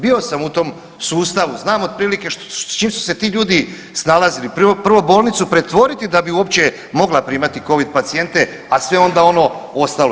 Bio sam u tom sustavu, znam otprilike s čim su se ti ljudi snalazili, prvo bolnicu pretvoriti da bi uopće mogla primati covid pacijente a sve onda ostalo.